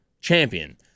champion